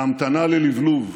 בהמתנה ללבלוב.